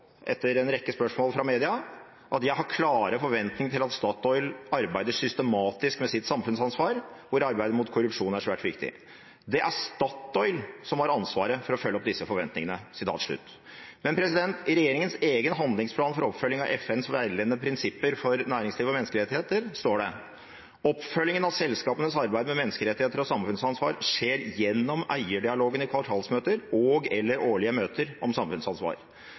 etter en rekke spørsmål fra media: «Jeg har klare forventninger til at Statoil arbeider systematisk med sitt samfunnsansvar, hvor arbeidet mot korrupsjon er svært viktig. Det er Statoil som har ansvaret for å følge opp forventningene». I regjeringens egen handlingsplan for oppfølging av FNs veiledende prinsipper for næringsliv og menneskerettigheter står det: «Oppfølgingen av selskapenes arbeid med menneskerettigheter og samfunnsansvar skjer gjennom eierdialogen i kvartalsmøter og/eller i årlige møter om samfunnsansvar.